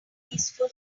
peaceful